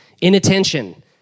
Inattention